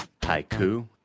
Haiku